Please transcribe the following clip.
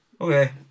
Okay